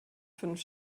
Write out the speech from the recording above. fünf